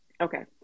Okay